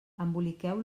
emboliqueu